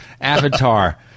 Avatar